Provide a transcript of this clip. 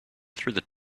through